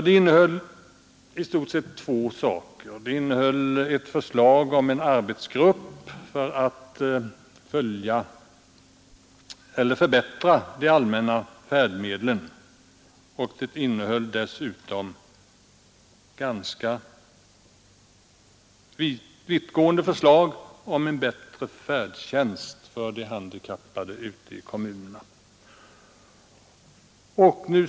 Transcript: Det var i stort sett två saker: dels ett förslag om en arbetsgrupp för att förbättra de allmänna färdmedlen, dels ganska vittgående förslag om en bättre färdtjänst för de handikappade ute i kommunerna.